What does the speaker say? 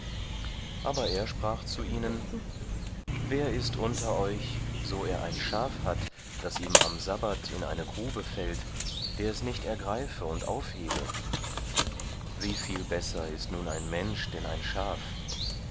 aber er sprach zu ihnen wer ist unter euch so er ein schaf hat das ihm am sabbat in eine grube fällt der es nicht ergreife und aufhebe wie viel besser ist nun ein mensch denn ein schaf